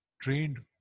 trained